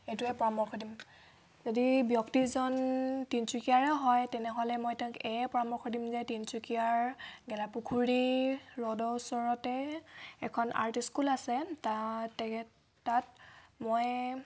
সেইটোৱে পৰামৰ্শ দিম যদি ব্যক্তিজন তিনিচুকীয়াৰে হয় তেনেহ'লে মই তেওঁক এয়ে পৰামৰ্শ দিম যে তিনিচুকীয়াৰ গেলাপুখুৰী ৰোডৰ ওচৰতে এখন আৰ্ট স্কুল আছে তাত তাত মই